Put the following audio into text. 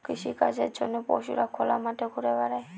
কৃষিকাজের জন্য পশুরা খোলা মাঠে ঘুরা বেড়ায়